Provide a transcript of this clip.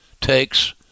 takes